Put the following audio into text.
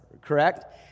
correct